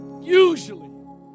usually